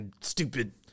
stupid